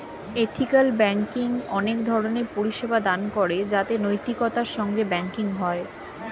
ethical banking অনেক ধরণের পরিষেবা দান করে যাতে নৈতিকতার সঙ্গে ব্যাঙ্কিং হয়